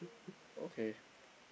okay